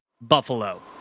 Buffalo